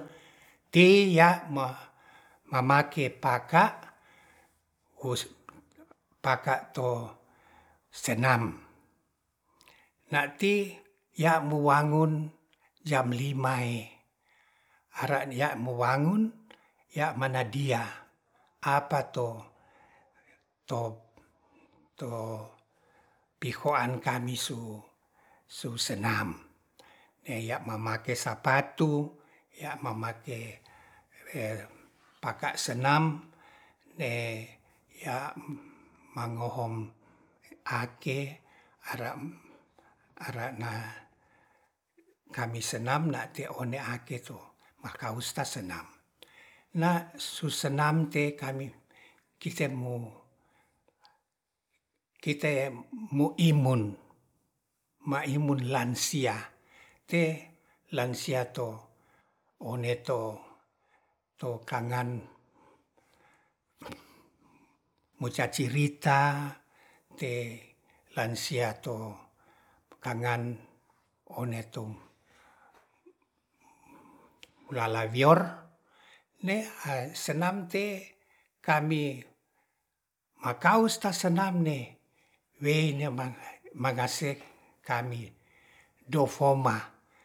Ti ya mamake paka hus paka to senam nati ya muangun jam lima ee ara nia mo wangun ya mana dia apa to to pihoan kami su su senam ya mamake sapatu ya mamake paka sena mangohom ake ara na kami senam na te one ake to maka ustas senam na su senam te kami, kite mo kite mo imut ma imun lansia te lansia to one to kangan mocacirita te lansia to kangan one to lalawior ne senam te kami makausta senam ne we ne mangase kami dofoma